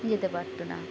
যেতে পারতো না